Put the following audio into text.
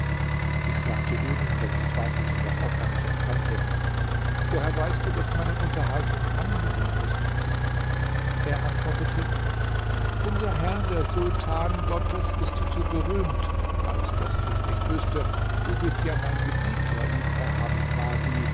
ich sagte ihm denn ich zweifelte noch ob er mich erkannte woher weißt du daß meine unterhaltung angenehm ist er antwortete unser herr der sultan gottes ist zu berühmt als daß ich es nicht wüßte du bist ja mein gebieter ibrahim mahdi